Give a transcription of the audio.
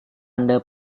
anda